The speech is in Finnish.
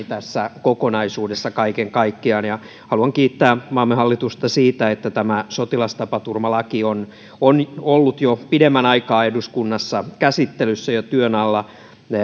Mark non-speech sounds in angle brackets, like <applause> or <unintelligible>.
<unintelligible> tässä kokonaisuudessa kaiken kaikkiaan haluan kiittää maamme hallitusta siitä että tämä sotilastapaturmalaki on on ollut jo pidemmän aikaa eduskunnassa käsittelyssä ja työn alla